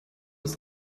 ist